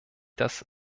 das